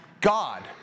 God